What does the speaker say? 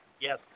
Yes